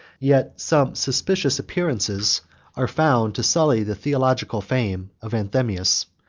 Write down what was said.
yet some suspicious appearances are found to sully the theological fame of anthemius.